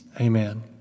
Amen